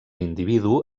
individu